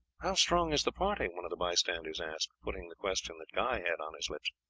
how strong is the party? one of the bystanders asked, putting the question that guy had on his lips.